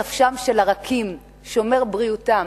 שומר נפשם של הרכים, שומר בריאותם.